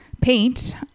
paint